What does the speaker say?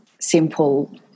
simple